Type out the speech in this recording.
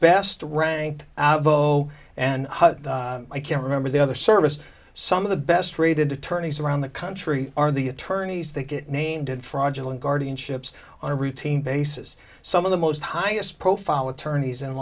best ranked vo and i can't remember the other service some of the best rated attorneys around the country are the attorneys that get named and fraudulent guardianships on a routine basis some of the most highest profile attorneys in